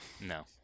no